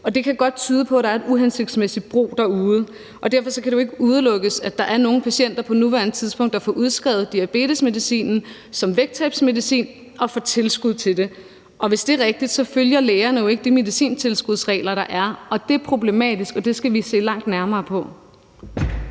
Det kan godt tyde på, at der er en uhensigtsmæssig brug derude, og derfor kan det ikke udelukkes, at der på nuværende tidspunkt er nogen patienter, der får udskrevet diabetesmedicinen som vægttabsmedicin og får tilskud til det. Hvis det er rigtigt, følger lægerne jo ikke de medicintilskudsregler, der er, og det er problematisk, og det skal vi se nærmere på.